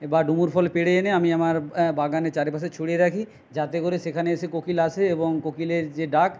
বা ডুমুর ফল পেড়ে এনে আমি আমার বাগানে চারিপাশে ছড়িয়ে রাখি যাতে করে সেখানে এসে কোকিল আসে এবং কোকিলের যে ডাক